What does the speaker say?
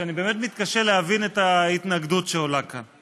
שאני באמת מתקשה להבין את ההתנגדות שעולה כאן.